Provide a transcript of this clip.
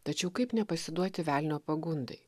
tačiau kaip nepasiduoti velnio pagundai